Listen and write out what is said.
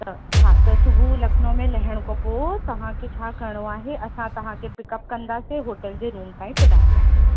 त हा त सुबुह लखनऊ में लहण खां पोइ तव्हांखे छा करिणो आहे असां तव्हांखे पिकअप कंदासीं होटल जे रूम ताईं पुॼाईंदासीं